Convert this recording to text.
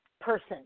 person